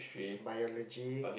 biology